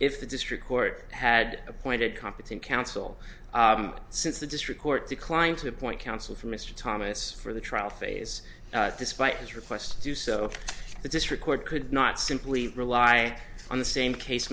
if the district court had appointed competent counsel since the district court declined to appoint counsel for mr thomas for the trial phase despite his request to do so the district court could not simply rely on the same case